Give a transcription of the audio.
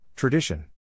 Tradition